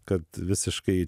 kad visiškai